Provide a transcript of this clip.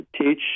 teach